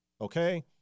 Okay